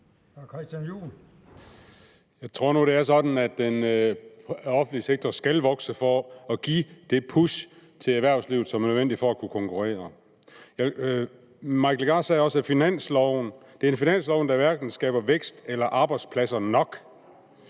Jeg tror nu, det er sådan, at den offentlige sektor skal vokse for at give det push til erhvervslivet, som er nødvendigt, for at det kan konkurrere. Hr. Mike Legarth sagde også, at det er en finanslov, der hverken skaber vækst eller arbejdspladser nok.